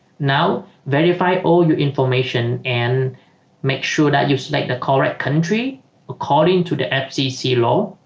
now verify all your information and make sure that you select the correct country according to the fcc law